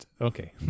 Okay